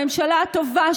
הממשלה הטובה,